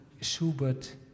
Schubert